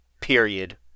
period